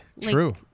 True